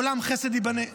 עולם חסד ייבנה.